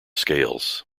scales